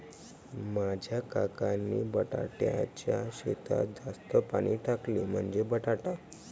माझ्या काकांनी बटाट्याच्या शेतात जास्त पाणी टाकले, म्हणजे बटाटा